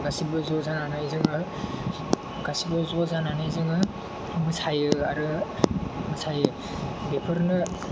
गासैबो ज' जानानै जोङो गासैबो ज' जानानै जोङो मोसायो आरो मोसायो बेफोरनो